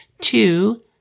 Two